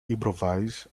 improvise